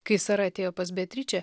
kai sara atėjo pas beatričę